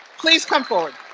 please come forward.